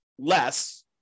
less